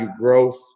growth